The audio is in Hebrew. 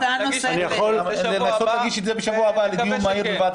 הוא יכול לנסות להגיש את זה בשבוע הבא לדיון מהיר בוועדה.